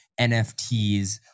NFTs